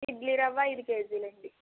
ఇడ్లీ రవ్వ ఐదు కేజీలండి